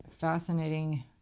fascinating